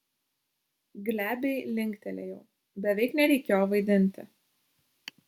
glebiai linktelėjau beveik nereikėjo vaidinti